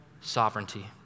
Sovereignty